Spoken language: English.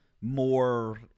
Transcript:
more